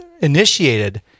initiated